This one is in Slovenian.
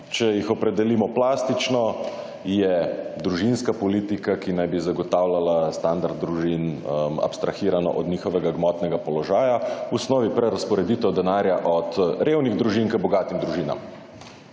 Če jih opredelimo plastično je družinska politika, ki naj bi zagotavljala standard družin abstrahirano od njihovega gmotnega položaja v osnovi prerazporeditev denarja od revnih družin k bogatim družinam.